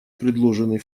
предложенный